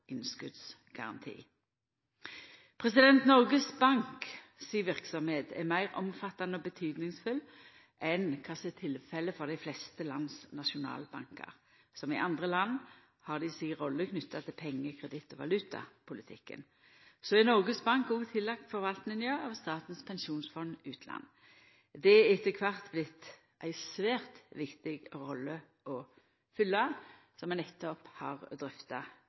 innskotsgaranti. Noregs Bank si verksemd er meir omfattande og betydningsfull enn kva som er tilfellet for dei fleste lands nasjonale bankar. Som i andre land har dei si rolle knytt til penge-, kreditt- og valutapolitikken, men Noregs Bank er òg tillagt forvaltninga av Statens pensjonsfond utland. Det har etter kvart vorte ei svært viktig rolle å fylla, som vi nettopp har drøfta.